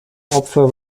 opfer